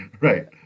right